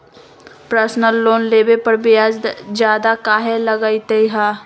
Personal loan लेबे पर ब्याज ज्यादा काहे लागईत है?